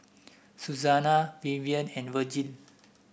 Suzanna Vivian and Vergil